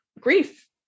grief